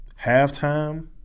Halftime